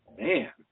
Man